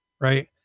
right